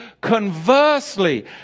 Conversely